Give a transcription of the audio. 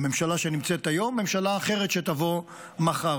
הממשלה שנמצאת היום או ממשלה אחרת שתבוא מחר,